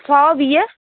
सौ वीह